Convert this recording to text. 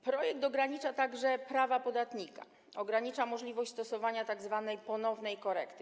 Projekt ogranicza także prawa podatnika, ogranicza możliwość stosowania tzw. ponownej korekty.